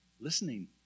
listening